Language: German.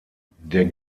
der